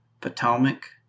Potomac